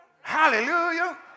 Hallelujah